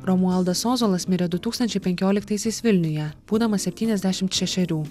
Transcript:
romualdas ozolas mirė du tūkstančiai penkioliktaisiais vilniuje būdamas septyniasdešimt šešerių